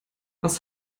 was